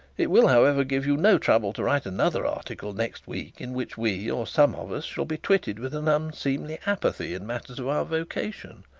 it will, however, give you no trouble to write another article next week in which we, or some of us, shall be twitted with an unseemly apathy in matters of our vocation.